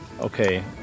Okay